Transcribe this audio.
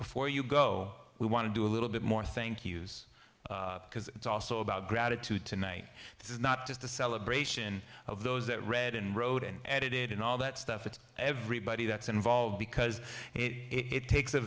efore you go we want to do a little bit more thank yous because it's also about gratitude tonight this is not just a celebration of those that read and wrote and edited and all that stuff it's everybody that's involved because it